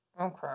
okay